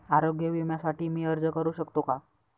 आरोग्य विम्यासाठी मी अर्ज करु शकतो का?